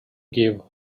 gave